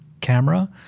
camera